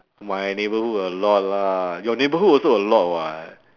my neighbourhood a lot lah your neighbourhood also a lot [what]